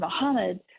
Mohammed